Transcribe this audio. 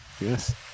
Yes